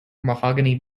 mahogany